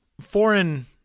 foreign